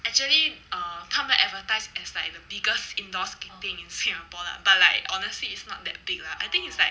actually um 他们 advertised as like the biggest indoor skating in singapore lah but like honestly it's not that big lah I think is like